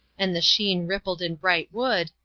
and the sheen rippled in bright wood,